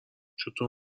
چطور